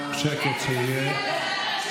שקט שיהיה.